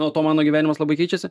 nuo to mano gyvenimas labai keičiasi